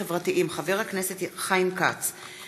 מאת חבר הכנסת איציק שמולי,